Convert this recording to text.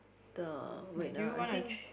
the wait ah I think